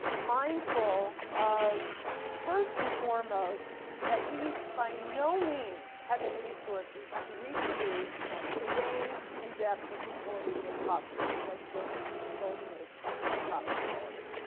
mindful of first and foremost that we by no means had the resources to reproduce the range and depth of reporting made possible by journalism's golden age of profitability.